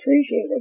appreciated